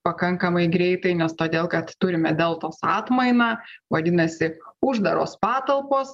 pakankamai greitai nes todėl kad turime deltos atmainą vadinasi uždaros patalpos